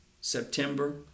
September